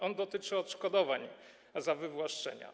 On dotyczy odszkodowań za wywłaszczenia.